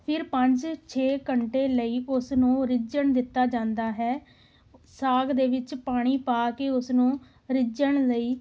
ਫਿਰ ਪੰਜ ਛੇ ਘੰਟੇ ਲਈ ਉਸ ਨੂੰ ਰਿੱਝਣ ਦਿੱਤਾ ਜਾਂਦਾ ਹੈ ਸਾਗ ਦੇ ਵਿੱਚ ਪਾਣੀ ਪਾ ਕੇ ਉਸਨੂੰ ਰਿੱਝਣ ਲਈ